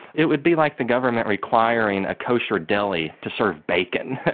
it would be like the government requiring a kosher deli to serve bacon.